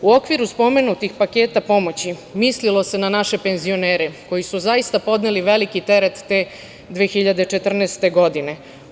U okviru spomenutih paketa pomoći mislilo se na naše penzionere koji su zaista podneli veliki teret te 2014. godine.